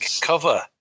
cover